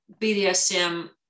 BDSM